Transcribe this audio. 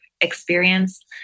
experience